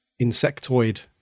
insectoid